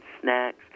snacks